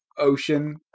ocean